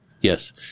Yes